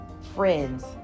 friends